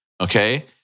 okay